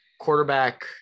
quarterback